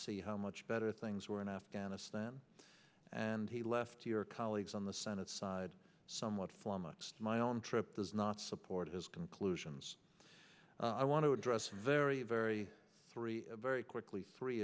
see how much better things were in afghanistan and he left your colleagues on the senate side somewhat flummoxed my own trip does not support his conclusions i want to address very very three very quickly three